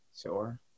Sure